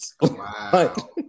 Wow